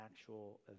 actual